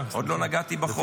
עוד לא נגעתי בחוק.